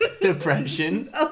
depression